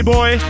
Boy